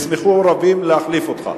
ישמחו רבים להחליף אותך.